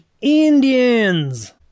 indians